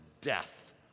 death